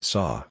Saw